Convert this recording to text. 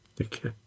Okay